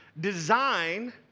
Design